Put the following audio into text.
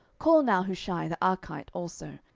call now hushai the archite also,